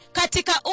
katika